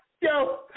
Yo